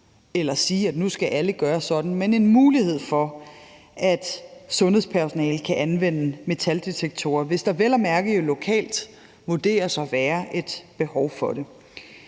eller sige, at nu skal alle gøre sådan, men give mulighed for, at sundhedspersonale kan anvende metaldetektorer, hvis der vel at mærke lokalt vurderes at være et behov for det.